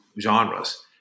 genres